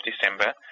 December